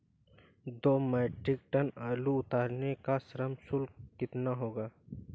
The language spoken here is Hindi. दो मीट्रिक टन आलू उतारने का श्रम शुल्क कितना होगा?